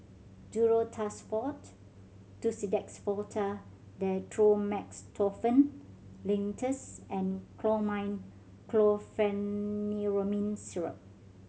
Duro Tuss Forte Tussidex Forte Dextromethorphan Linctus and Chlormine Chlorpheniramine Syrup